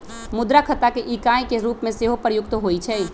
मुद्रा खता के इकाई के रूप में सेहो प्रयुक्त होइ छइ